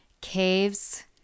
Caves